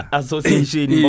association